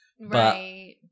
Right